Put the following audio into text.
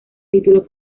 título